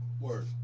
Word